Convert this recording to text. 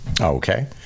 Okay